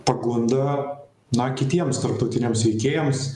pagunda na kitiems tarptautiniams veikėjams